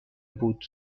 بود